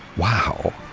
wow,